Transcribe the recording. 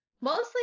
Mostly